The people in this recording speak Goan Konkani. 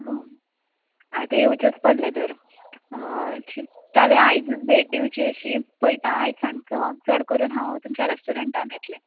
आतां येवचेंच पडलें तर हय चित्तालें आयजच भेट दिवची अशी पयता आयज सांचो चड करून हांव तुमच्या रेस्टोरंटान येतलें